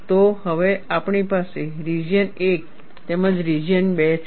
તો હવે આપણી પાસે રિજિયન 1 તેમજ રિજિયન 2 છે